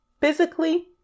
physically